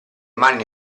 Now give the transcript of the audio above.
mani